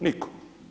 Niko.